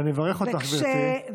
ואני מברך אותך, גברתי,